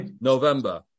November